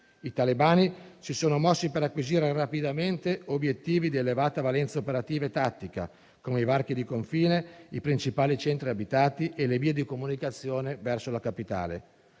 I talebani si sono mossi per acquisire rapidamente obiettivi di elevata valenza operativa e tattica, come i varchi di confine, i principali centri abitati e le vie di comunicazione verso la capitale: